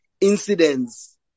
incidents